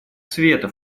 света